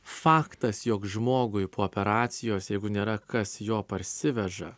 faktas jog žmogui po operacijos jeigu nėra kas jo parsiveža